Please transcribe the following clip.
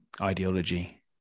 ideology